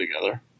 together